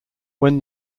when